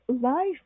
life